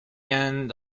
end